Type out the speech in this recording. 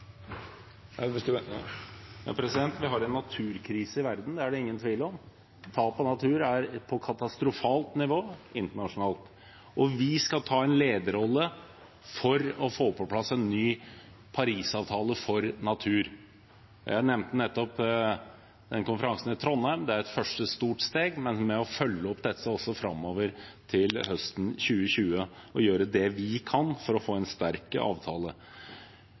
Vi har en naturkrise i verden, det er det ingen tvil om. Tap av natur er på katastrofalt nivå internasjonalt. Vi skal ta en lederrolle for å få på plass en ny parisavtale for natur. Jeg nevnte nettopp konferansen i Trondheim. Det er et første stort steg for å følge opp dette også framover, til høsten 2020, og gjøre det vi kan for å få en sterk avtale.